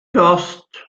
dost